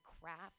craft